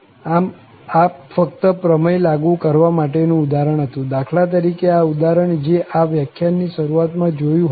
આમ આ ફક્ત પ્રમેય લાગુ કરવા માટે નું ઉદાહરણ હતું દાખલા તરીકે આ ઉદાહરણ જે આ વ્યાખ્યાનની શરૂઆત માં જોયું હતું